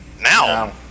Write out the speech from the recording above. Now